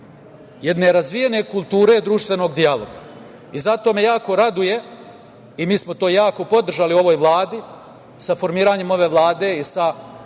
jedne razvijene kulture društvenog dijaloga. Zato me jako raduje, i mi smo to jako podržali u ovoj Vladi, sa formiranjem ove Vlade i